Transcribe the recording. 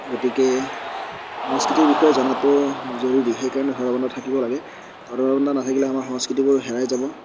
গতিকে সংস্কৃতিৰ বিষয়ে জনাটো জৰুৰী সেই কাৰণে ধৰাবন্ধা থাকিব লাগে ধৰাবন্ধা নাথাকিলে আমাৰ সংস্কৃতিবোৰ হেৰাই যাব